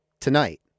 tonight